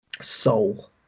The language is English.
soul